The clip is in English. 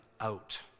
out